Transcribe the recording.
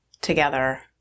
together